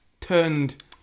turned